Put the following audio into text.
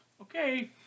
okay